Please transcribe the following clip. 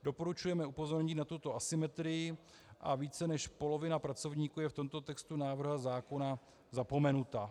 Doporučujeme upozornit na tuto asymetrii, více než polovina pracovníků je v tomto textu návrhu zákona zapomenuta.